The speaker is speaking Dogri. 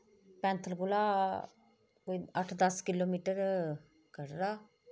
पैंथल कोला कोई अट्ठ दस किलोमीटर कटरा